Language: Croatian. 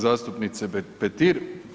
Zastupnice Petir.